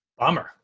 Bummer